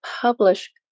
publish